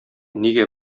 нигә